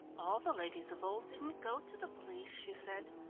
all the ladies of old didn't go to the police, she said.